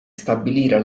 stabilire